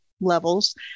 levels